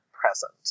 present